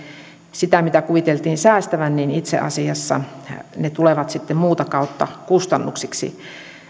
se mitä kuviteltiin säästettävän itse asiassa tulee muuta kautta kustannuksiksi